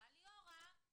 אמרה ליאורה תקשיבו,